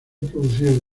producido